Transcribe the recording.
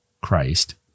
Christ